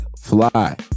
fly